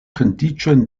kondiĉojn